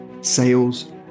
sales